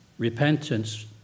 repentance